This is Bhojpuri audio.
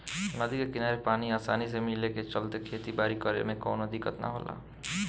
नदी के किनारे पानी आसानी से मिले के चलते खेती बारी करे में कवनो दिक्कत ना होला